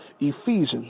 Ephesians